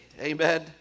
Amen